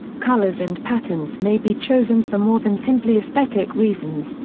colours and patterns may be chosen for more than simply aesthetic reasons,